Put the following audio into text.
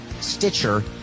Stitcher